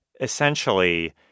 essentially